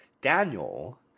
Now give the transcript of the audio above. Daniel